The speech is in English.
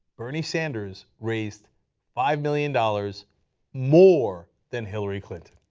bernie sanders raised five million dollars more than hillary clinton.